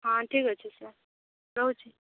ହଁ ଠିକ୍ ଅଛି ସାର୍ ରହୁଛି